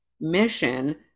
mission